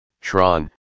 Tron